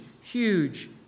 huge